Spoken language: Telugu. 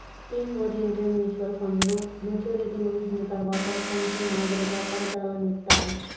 థీమ్ ఓరియెంటెడ్ మ్యూచువల్ ఫండ్లు మెచ్యూరిటీ ముగిసిన తర్వాత పెన్షన్ మాదిరిగా ఫలితాలనిత్తాయి